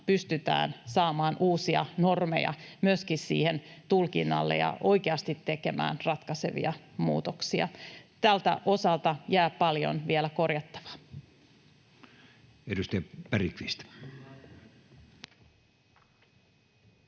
pystytään saamaan uusia normeja myöskin sille tulkinnalle ja oikeasti tekemään ratkaisevia muutoksia. Tämän osalta jää paljon vielä korjattavaa. [Speech